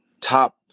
top